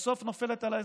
בסוף נופלת על האזרחים.